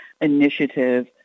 initiative